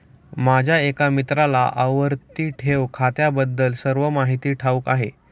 माझ्या एका मित्राला आवर्ती ठेव खात्याबद्दल सर्व माहिती ठाऊक आहे